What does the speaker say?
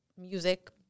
music